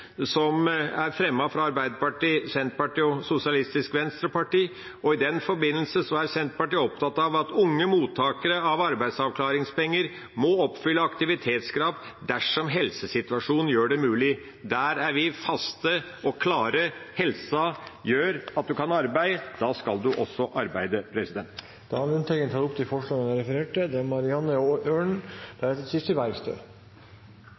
om økonomisk sosialhjelp fra kommunen dersom vi ikke gjennomfører det som jeg nå har sagt. Til slutt: Senterpartiet støtter forslag nr. 1, som er fremmet av Arbeiderpartiet, Senterpartiet og Sosialistisk Venstreparti. I den forbindelse er Senterpartiet opptatt av at unge mottakere av arbeidsavklaringspenger må oppfylle aktivitetskrav dersom helsesituasjonen gjør det mulig. Der er vi faste og klare: Hvis helsa gjør at du kan arbeide, skal du også arbeide. Representanten Per Olaf Lundteigen har tatt opp det